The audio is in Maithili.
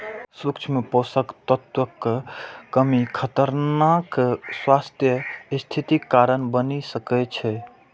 सूक्ष्म पोषक तत्वक कमी खतरनाक स्वास्थ्य स्थितिक कारण बनि सकै छै